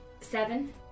seven